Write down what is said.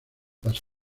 las